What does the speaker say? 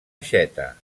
aixeta